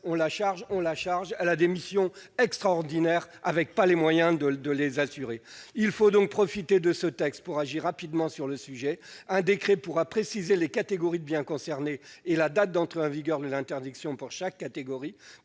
ne cessent d'ailleurs de s'accroître, sans qu'elle dispose des moyens de les assurer. Il faut donc profiter de ce texte pour agir rapidement sur le sujet. Un décret pourra préciser les catégories de biens concernés et la date d'entrée en vigueur de l'interdiction pour chaque catégorie,